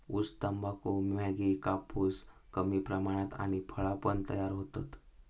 ऊस, तंबाखू, मॅगी, कापूस कमी प्रमाणात आणि फळा पण तयार होतत